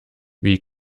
wie